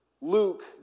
Luke